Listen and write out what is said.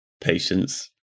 patience